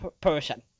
person